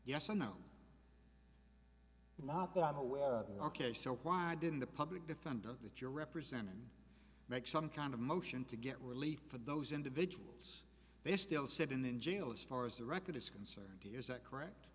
yes no no not that i'm aware of and ok so why didn't the public defender that you're representing make some kind of motion to get relief for those individuals they still sit in in jail as far as the record is concerned is that correct